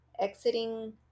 Exiting